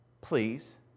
please